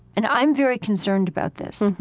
and i'm very concerned about this